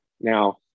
Now